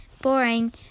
boring